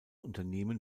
unternehmen